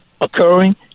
occurring